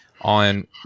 on